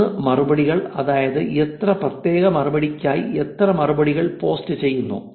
ഒന്ന് മറുപടികൾ അതായത് എത്ര പ്രത്യേക മറുപടിക്കായി എത്ര മറുപടികൾ പോസ്റ്റ് ചെയ്യുന്നു